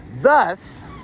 Thus